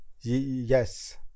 yes